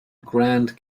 grand